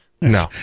No